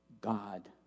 God